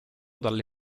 dalle